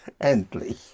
Endlich